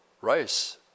rice